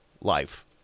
life